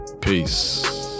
peace